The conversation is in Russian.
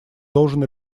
должен